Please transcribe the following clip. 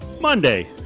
Monday